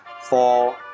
four